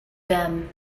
them